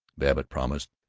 babbitt promised.